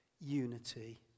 unity